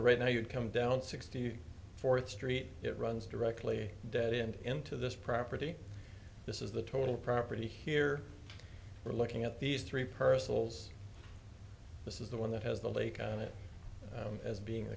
right now you come down sixty fourth street it runs directly dead end into this property this is the total property here we're looking at these three percival's this is the one that has the lake on it as being